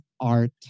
art